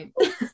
right